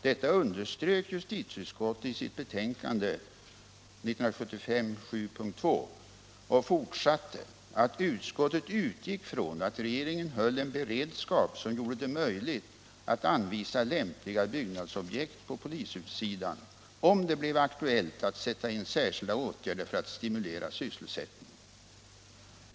Detta underströk justitieutskottet i sitt betänkande 1975:7 p. 2 och fortsatte med ardt uttala, att utskottet utgick från att regeringen höll en beredskap som gjorde det möjligt att anvisa lämpliga byggnadsobjekt på polishussidan, om det blev aktuellt att sätta in särskilda åtgärder för att stimulera sysselsättningen.